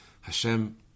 Hashem